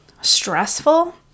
stressful